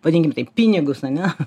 vadinkim taip pinigus ar ne